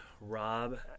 Rob